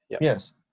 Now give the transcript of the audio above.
Yes